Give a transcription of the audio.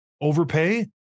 Overpay